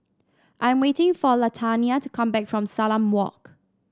I am waiting for Latanya to come back from Salam Walk